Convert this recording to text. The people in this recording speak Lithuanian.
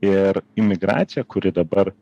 ir imigracija kuri dabar